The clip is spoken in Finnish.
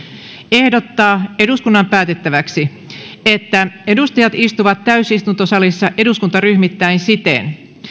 ehdottaa eduskunnan päätettäväksi että edustajat istuvat täysistuntosalissa eduskuntaryhmittäin siten